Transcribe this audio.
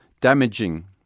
damaging